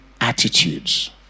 attitudes